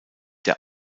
der